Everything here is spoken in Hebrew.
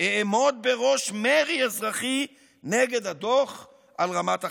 אעמוד בראש מרי אזרחי נגד הדוח על רמת החיים.